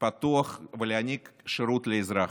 פתוח ולהעניק שירות לאזרח,